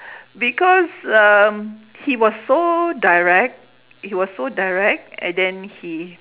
because um he was so direct he was so direct and then he